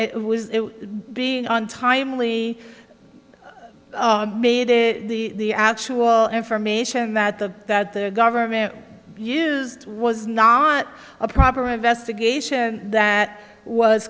it was being on timely made the actual information that the that the government used was not a proper investigation that was